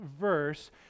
verse